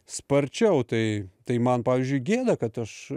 sparčiau tai tai man pavyzdžiui gėda kad aš